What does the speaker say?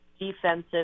defensive